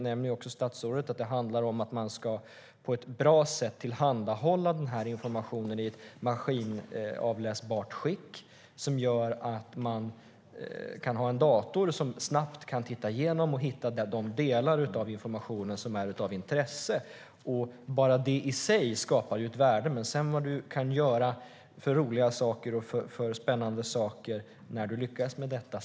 Som statsrådet nämner handlar det om att på ett bra sätt tillhandahålla informationen i ett maskinavläsbart skick, att man kan ha en dator som snabbt kan hitta de delar av informationen som är av intresse. Bara det i sig skapar ett värde. Sedan kan du göra roliga och spännande saker när du lyckats med detta.